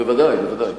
בוודאי, בוודאי.